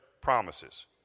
promises